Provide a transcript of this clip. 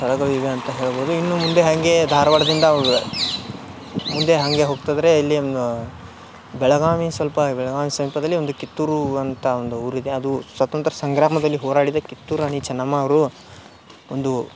ಸ್ಥಳಗಳಿವೆ ಅಂತ ಹೇಳ್ಬೋದು ಇನ್ನು ಮುಂದೆ ಹಾಗೇ ಧಾರವಾಡದಿಂದ ಮುಂದೆ ಹಾಗೆ ಹೋಗ್ತಿದ್ದರೆ ಅಲ್ಲಿ ಒಂದು ಬೆಳಗಾವಿ ಸ್ವಲ್ಪ ಬೆಳಗಾವಿ ಸ್ವಲ್ಪದಲ್ಲಿ ಒಂದು ಕಿತ್ತೂರು ಅಂತ ಒಂದು ಊರಿದೆ ಅದು ಸ್ವತಂತ್ರ ಸಂಗ್ರಾಮದಲ್ಲಿ ಹೋರಾಡಿದ ಕಿತ್ತೂರು ರಾಣಿ ಚೆನ್ನಮ್ಮ ಅವರು ಒಂದು